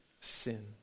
sin